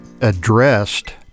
addressed